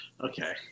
Okay